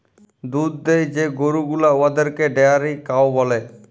দুহুদ দেয় যে গরু গুলা উয়াদেরকে ডেয়ারি কাউ ব্যলে